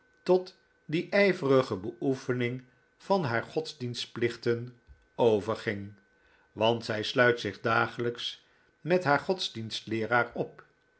tot die ijverige beoefening van haar godsdienstplichten overgingc want zij sluit zich dagelijks met haar godsdienstleeraar op